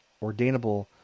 ordainable